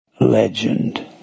Legend